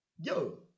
yo